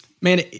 man